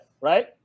right